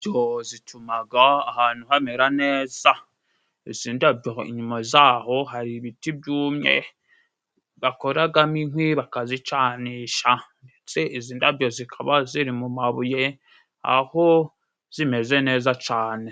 Indabyo zitumaga ahantu hamera neza. Izi ndabyo inyuma zaho hari ibiti byumye, bakoragamo inkwi bakazicanisha, ndetse izi ndabyo zikaba ziri mu mabuye aho zimeze neza cane.